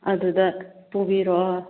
ꯑꯗꯨꯗ ꯄꯨꯕꯤꯔꯛꯑꯣ